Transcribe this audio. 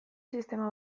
sistema